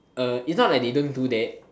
uh is not like they don't do that